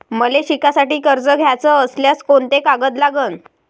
मले शिकासाठी कर्ज घ्याचं असल्यास कोंते कागद लागन?